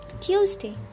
Tuesday